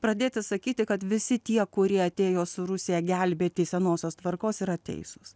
pradėti sakyti kad visi tie kurie atėjo su rusija gelbėti senosios tvarkos yra teisūs